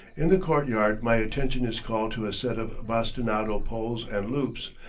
in the court-yard my attention is called to a set of bastinado poles and loops,